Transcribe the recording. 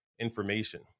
information